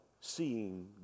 seeing